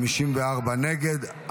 54 נגד,